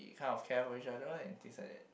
kind of care for each other and things like that